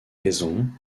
raison